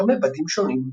במרקמי בדים שונים.